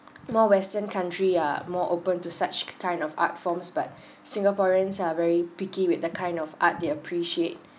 more western country are more open to such kind of art forms but singaporeans are very picky with the kind of art they appreciate